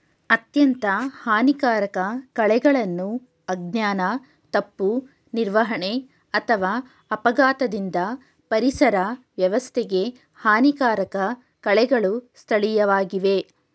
ಅತ್ಯಂತ ಹಾನಿಕಾರಕ ಕಳೆಗಳನ್ನು ಅಜ್ಞಾನ ತಪ್ಪು ನಿರ್ವಹಣೆ ಅಥವಾ ಅಪಘಾತದಿಂದ ಪರಿಸರ ವ್ಯವಸ್ಥೆಗೆ ಹಾನಿಕಾರಕ ಕಳೆಗಳು ಸ್ಥಳೀಯವಾಗಿವೆ